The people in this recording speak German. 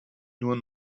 nur